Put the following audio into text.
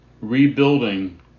rebuilding